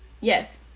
Yes